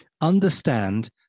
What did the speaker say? understand